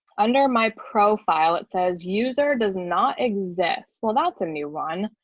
under my profile, it says user does not exist. well, that's a new one.